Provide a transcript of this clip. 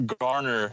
garner